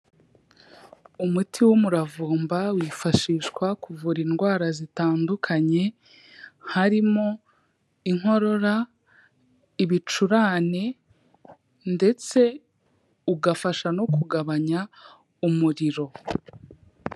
Umuti w'umuravumba wifashishwa kuvura indwara zitandukanye, harimo inkorora, ibicurane, ndetse ugafasha no kugabanya umuriro.